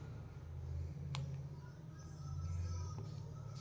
SGRY ಮಾಜಿ ಪ್ರಧಾನಿ A B Vajpayee August ಹದಿನೈದು ಎರ್ಡಸಾವಿರದ ಒಂದ್ರಾಗ ಘೋಷಣೆ ಮಾಡ್ಯಾರ